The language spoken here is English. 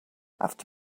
after